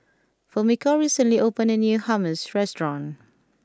Fumiko recently opened a new Hummus restaurant